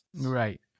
Right